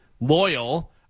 loyal